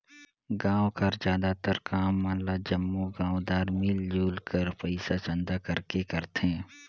गाँव कर जादातर काम मन ल जम्मो गाँवदार मिलजुल कर पइसा चंदा करके करथे